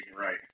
right